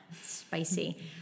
spicy